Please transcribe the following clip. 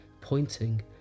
pointing